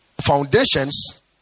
Foundations